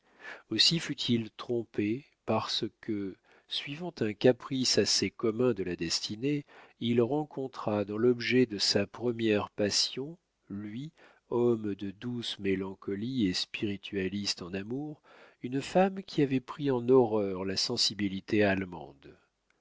aussi fut-il trompé parce que suivant un caprice assez commun de la destinée il rencontra dans l'objet de sa première passion lui homme de douce mélancolie et spiritualiste en amour une femme qui avait pris en horreur la sensiblerie allemande